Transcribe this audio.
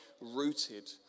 rooted